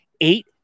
Eight